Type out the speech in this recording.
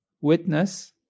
witness